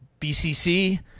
BCC